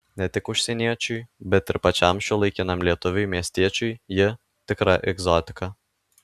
ne tik užsieniečiui bet ir pačiam šiuolaikiniam lietuviui miestiečiui ji tikra egzotika